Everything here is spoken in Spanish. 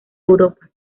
europa